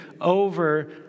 over